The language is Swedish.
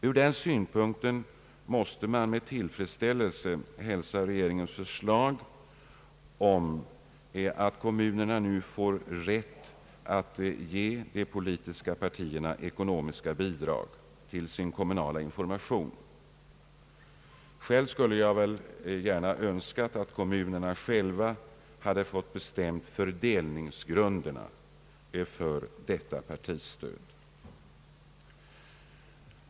Ur den synpunkten måste man med tillfredsställelse hälsa regeringens förslag om att kommunerna nu får rätt att ge de politiska partierna ekonomiska bidrag till sin kommu nala information. Själv skulle jag dock gärna önskat att kommunerna själva fått bestämma fördelningsgrunderna för detta partistöd.